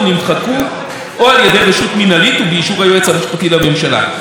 נמחקו או על ידי רשות מינהלית ובאישור היועץ המשפטי לממשלה.